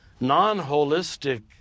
non-holistic